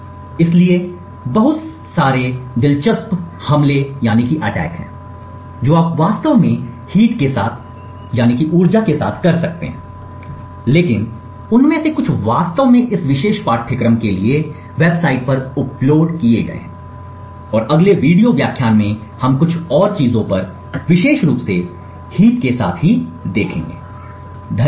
इसलिए बहुत सारे दिलचस्प हमले हैं जो आप वास्तव में हिट के साथ कर सकते हैं लेकिन उनमें से कुछ वास्तव में इस विशेष पाठ्यक्रम के लिए वेबसाइट पर अपलोड किए गए हैं और अगले वीडियो व्याख्यान में हम कुछ और चीजों पर विशेष रूप से हीप के साथ देखेंगे धन्यवाद